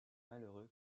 malheureux